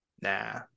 Nah